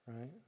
right